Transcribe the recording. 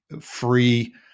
free